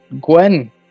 Gwen